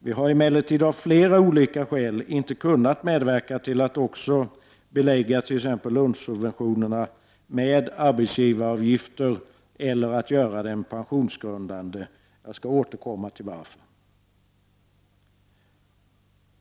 Vi har emellertid av flera skäl inte kunnat medverka till att också belägga t.ex. lunchsubventioner med arbetsgivaravgifter eller att göra dem pensionsgrundande. Jag skall återkomma till varför.